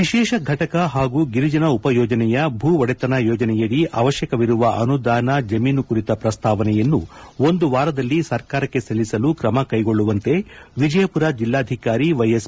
ವಿಶೇಷ ಫಟಕ ಹಾಗೂ ಗಿರಿಜನ ಉಪಯೋಜನೆಯ ಭೂ ಒಡೆತನ ಯೋಜನೆಯಡಿ ಅವಶ್ಯಕವಿರುವ ಅನುದಾನ ಜಮೀನು ಕುರಿತ ಪ್ರಸ್ತಾವನೆಯನ್ನು ಒಂದು ವಾರದಲ್ಲಿ ಸರ್ಕಾರಕ್ಕೆ ಸಲ್ಲಿಸಲು ಕ್ರಮ ಕೈಗೊಳ್ಳುವಂತೆ ವಿಜಯಮರ ಜಿಲ್ಲಾಧಿಕಾರಿ ವೈಎಸ್